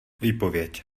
výpověď